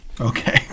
okay